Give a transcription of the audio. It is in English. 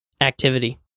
activity